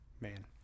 Man